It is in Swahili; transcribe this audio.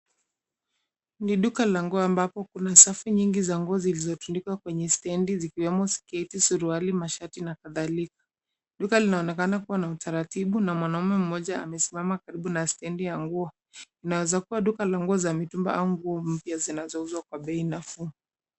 Ni duka la nguo ambapo kuna safu nyingi za nguo zilizotundikwa kwenye stendi zikiwemo sketi, suruali, mashati na kadhalika. Duka linaonekana kuwa na utaratibu. Kuna mwanaume mmoja amesimama karibu na stendi ya nguo. Inaweza kuwa duka la nguo za mitumba au nguo mpya zinazouzwa kwa bei nafuu.